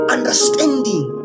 Understanding